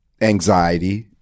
anxiety